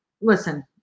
listen